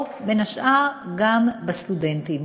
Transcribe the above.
או, בין השאר, בסטודנטים.